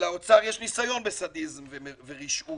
לאוצר יש ניסיון בסדיזם ורשעות,